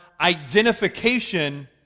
identification